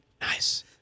Nice